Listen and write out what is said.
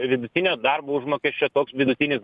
vidutinio darbo užmokesčio koks vidutinis